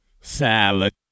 Salad